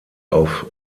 auf